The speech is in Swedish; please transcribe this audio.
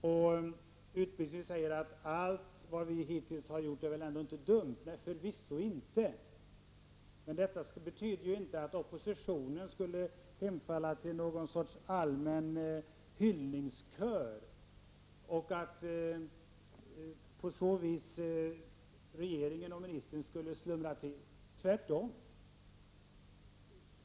Utbildningsministern säger att allt vad man hittills har gjort väl ändå inte är dumt. Nej, förvisso inte. Men detta betyder ju inte att oppositionen skulle hemfalla till någon sorts allmän hyllningskör och att regeringen och ministern därigenom skulle få slumra till. Tvärtom.